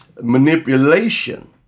Manipulation